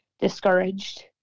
discouraged